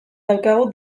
daukagu